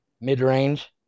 mid-range